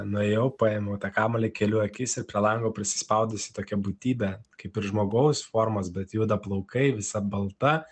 nuėjau paėmiau tą kamuolį keliu akis ir prie lango prisispaudusi tokia būtybė kaip ir žmogaus formos bet juda plaukai visa balta